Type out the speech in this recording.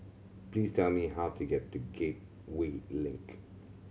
please tell me how to get to Gateway Link